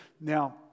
Now